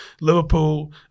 Liverpool